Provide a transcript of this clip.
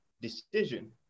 decision